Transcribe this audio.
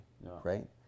Right